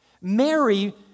Mary